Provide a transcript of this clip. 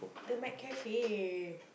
the McCafe